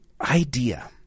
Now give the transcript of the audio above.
idea